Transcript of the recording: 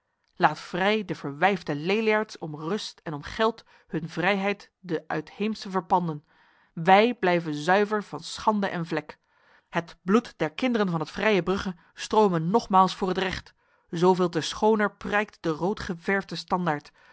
laat vrij de verwijfde leliaards om rust en om geld hun vrijheid den uitheemsen verpanden wij blijven zuiver van schande en vlek het bloed der kinderen van het vrije brugge strome nogmaals voor het recht zoveel te schoner prijkt de